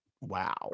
Wow